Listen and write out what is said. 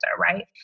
right